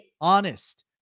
honest